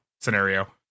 scenario